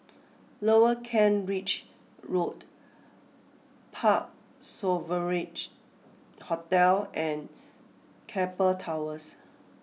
Lower Kent Ridge Road Parc Sovereign Hotel and Keppel Towers